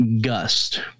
Gust